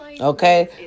Okay